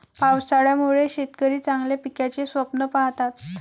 पावसाळ्यामुळे शेतकरी चांगल्या पिकाचे स्वप्न पाहतात